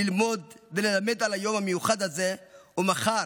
ללמוד וללמד על היום המיוחד הזה, ומחר,